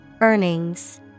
Earnings